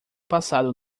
passado